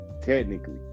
technically